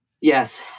Yes